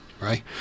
right